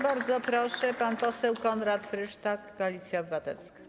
Bardzo proszę, pan poseł Konrad Frysztak, Koalicja Obywatelska.